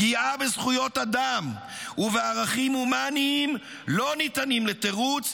פגיעה בזכויות אדם ובערכים הומניים לא ניתנים לתירוץ,